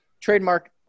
Trademark